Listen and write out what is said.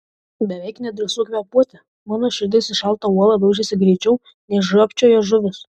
beveik nedrįsau kvėpuoti mano širdis į šaltą uolą daužėsi greičiau nei žiopčiojo žuvis